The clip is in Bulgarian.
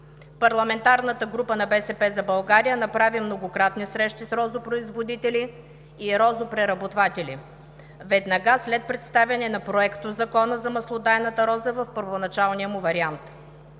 Парламентарната група на „БСП за България“ направи многократни срещи с розопроизводители и розопреработватели веднага след представяне на Проектозакона за маслодайната роза в първоначалния му вариант.